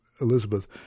Elizabeth